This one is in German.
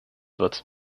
wird